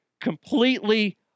completely